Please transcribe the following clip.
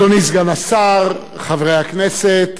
אדוני סגן השר חברי הכנסת,